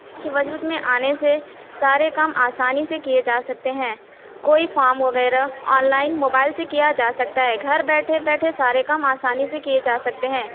کے وجود میں آنے سے سارے کام آسانی سے کیے جا سکتے ہیں کوئی فارم وغیرہ آن لائن موبائل سے کیا جا سکتا ہے گھر بیٹھے بیٹھے سارے کام آسانی سے کیے جا سکتے ہیں